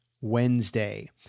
Wednesday